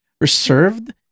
reserved